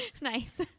Nice